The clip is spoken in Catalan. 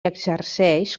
exerceix